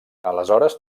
aleshores